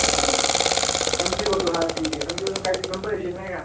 हां संगती बसू हा ठीक आहे संगती बसून काहीतरी घेऊन पण येशील नाही का